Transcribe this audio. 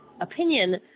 opinion